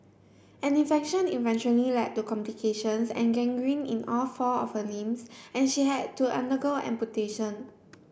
an infection eventually led to complications and gangrene in all four of her limbs and she had to undergo amputation